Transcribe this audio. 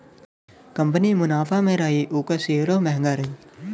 company मुनाफा मे रही ओकर सेअरो म्हंगा रही